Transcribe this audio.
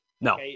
No